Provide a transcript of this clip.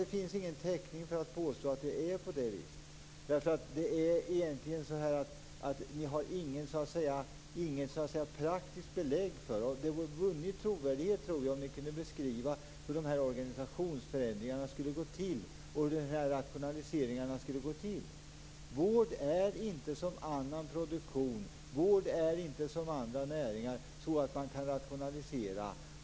Det finns ingen täckning för att påstå att det är på det viset. Ni har inget praktiskt belägg för detta. Ni hade vunnit i trovärdighet om ni kunde beskriva hur organisationsförändringarna och rationaliseringarna skall gå till. Vård är inte som annan produktion. Vård är inte som andra näringar som man kan rationalisera.